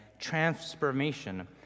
transformation